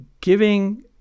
giving